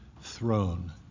throne